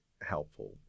helpful